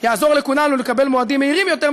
יעזור לכולנו לקבל מועדים קרובים יותר,